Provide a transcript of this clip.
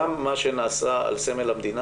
גם מה שנעשה על סמל המדינה,